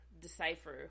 decipher